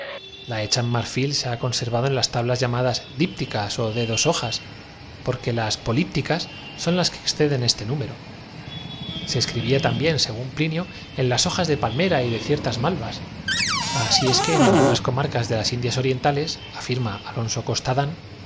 en marfil se ha con servado en las tablas llamadas dípticas ó de dos hojas procedimiento los montañeses de kuei cheu en chi na así lo ejecutan sobre unas tablitas de madera muy porque las polipticas son las que exceden de este nú tierna los parthos hacían en sus vestidos las letras mero se escribía también según plinio en las hojas con aguja no usando del de palmera y de ciertas malvas así es que en algunas papyrus que podrían haber hallado abundancia babilonia comarcas de las indias orientales